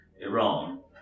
Iran